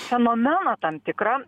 fenomeną tam tikrą